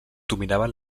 dominaven